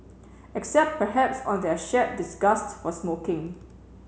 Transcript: except perhaps on their shared disgust for smoking